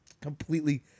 Completely